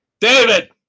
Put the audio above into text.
David